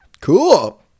Cool